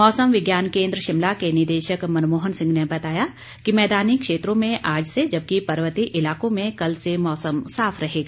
मौसम विज्ञान केंद्र शिमला के निदेशक मनमोहन सिंह ने बताया कि मैदानी क्षेत्रों में आज से जबकि पर्वतीय इलाकों में कल से मौसम साफ रहेगा